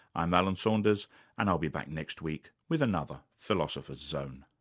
i'm alan saunders and i'll be back next week with another philosopher's zone